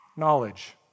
knowledge